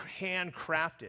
handcrafted